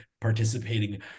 participating